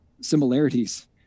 similarities